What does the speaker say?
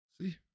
See